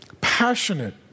passionate